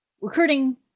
recruiting